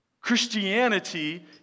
Christianity